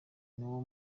niwo